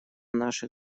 наших